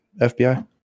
fbi